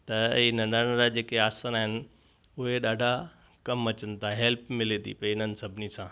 त इहे नंढा नंढा जेके आसन आहिनि उहे ॾाढा कमु अचनि था हेल्प मिले थी पई इन्हनि सभिनी सां